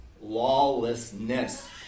lawlessness